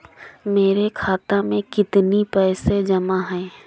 मेरे खाता में कितनी पैसे जमा हैं?